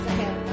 Okay